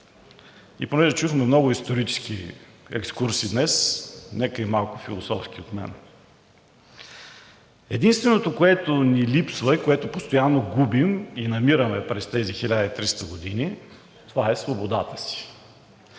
Понеже чухме много исторически екскурси днес, нека и малко философски от мен. Единственото, което ни липсва и постоянно губим и намираме през тези 1300 години, това е свободата си.